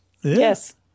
Yes